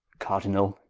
cardinall?